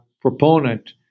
proponent